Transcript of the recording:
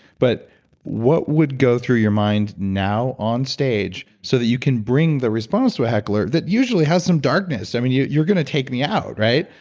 but what would go through your mind now on stage so that you can bring the response to a heckler that usually has some darkness? i mean, you're going to take me out, right?